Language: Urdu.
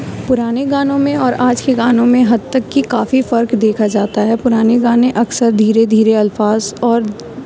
پرانے گانوں میں اور آج کے گانوں میں حتیٰ کہ کافی فرق دیکھا جاتا ہے پرانے گانے اکثر دھیرے دھیرے الفاظ اور